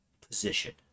position